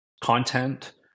content